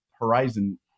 horizon